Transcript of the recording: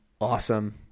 awesome